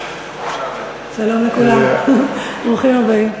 שלום לכולם, ברוכים הבאים.